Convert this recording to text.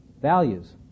values